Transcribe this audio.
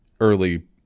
Early